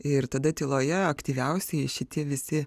ir tada tyloje aktyviausieji šitie visi